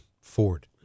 Ford